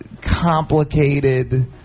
complicated